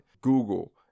Google